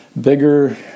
bigger